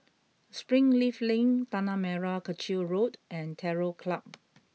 Springleaf Link Tanah Merah Kechil Road and Terror Club